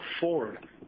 forward